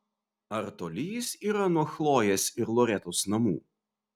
ar toli jis yra nuo chlojės ir loretos namų